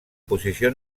posició